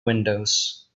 windows